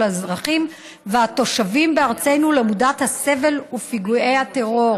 האזרחים והתושבים בארצנו למודת הסבל ופיגועי הטרור.